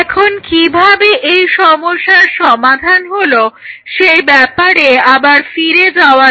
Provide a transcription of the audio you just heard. এখন কিভাবে এই সমস্যার সমাধান হলো সেই ব্যাপারে আবার ফিরে যাওয়া যাক